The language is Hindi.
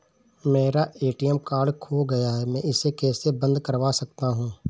मेरा ए.टी.एम कार्ड खो गया है मैं इसे कैसे बंद करवा सकता हूँ?